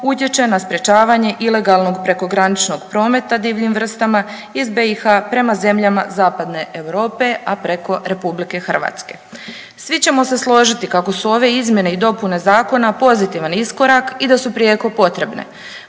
utječe na sprječavanje ilegalnog prekograničnog prometa divljim vrstama iz BiH prema zemljama Zapadne Europe, a preko RH. Svi ćemo se složiti kako su ove izmjene i dopune zakona pozitivan iskorak i da su prijeko potrebne,